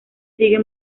sigue